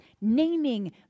naming